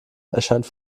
erscheint